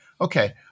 Okay